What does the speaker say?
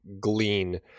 glean